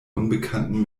unbekannten